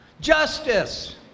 Justice